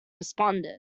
responded